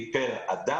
היא פר אדם,